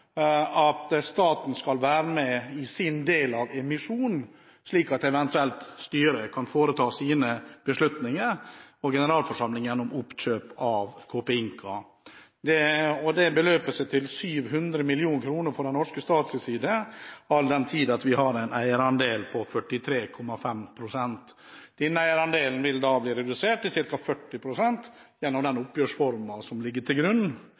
at staten skal være med i sin del av emisjonen, slik at eventuelt styret og generalforsamlingen kan foreta sine beslutninger om oppkjøp av Copeinca. Det beløper seg til 700 mill. kr på den norske statens side, all den tid at vi har en eierandel på 43,5 pst. Denne eierandelen vil da bli redusert til ca. 40 pst. gjennom den oppgjørsformen som ligger til grunn